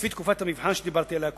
לפי תקופת המבחן שדיברתי עליה קודם.